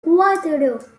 cuatro